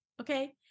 okay